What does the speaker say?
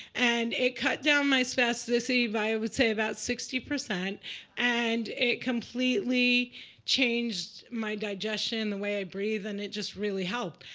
and it cut down my spasticity by, i would say, about sixty. and it completely changed my digestion, the way i breathe, and it just really helped.